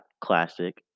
classic